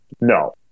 No